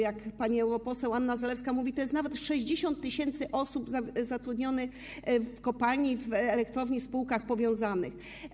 Jak mówi pani europoseł Anna Zalewska, jest nawet 60 tys. osób zatrudnionych w kopalni, w elektrowni, w spółkach powiązanych.